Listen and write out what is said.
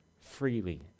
freely